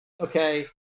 okay